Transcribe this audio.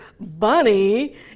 Bunny